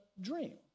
dream